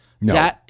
No